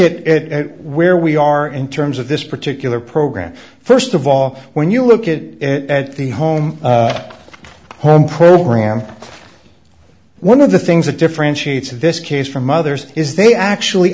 at it where we are in terms of this particular program st of all when you look at it at the home home program one of the things that differentiates this case from others is they actually